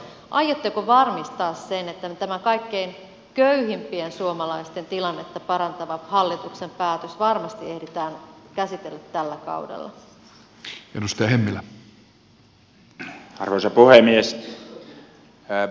aiotteko varmistaa sen että tämä kaikkein köyhimpien suomalaisten tilannetta parantava hallituksen päätös varmasti ehditään käsitellä tällä kaudella